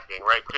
right